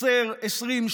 10,000,